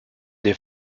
des